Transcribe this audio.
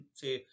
say